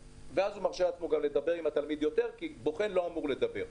ואז הוא מרשה לעצמו גם לדבר עם התלמיד כי בוחן רגיל לא אמור לדבר.